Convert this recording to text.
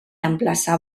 emplaçar